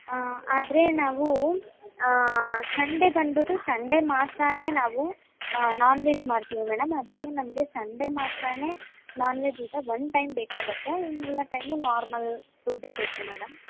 ಆದರೆ ನಾವು ಸಂಡೆ ಬಂದ್ಬಿಟ್ಟು ಸಂಡೆ ಮಾತ್ರಾ ನಾವು ನಾನ್ ವೆಜ್ ಮಾಡ್ತೀವಿ ಮೇಡಮ್ ಅದಕ್ಕೆ ನಮಗೆ ಸಂಡೆ ಮಾತ್ರಾ ನಾನ್ ವೆಜ್ ಊಟ ಒನ್ ಟೈಮ್ ಬೇಕಾಗುತ್ತೆ ಇನ್ನು ಎಲ್ಲ ಟೈಮು ನಾರ್ಮಲ್ ಫುಡ್ಡೆ ಬೇಕು ಮೇಡಮ್